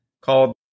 called